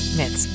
met